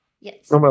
Yes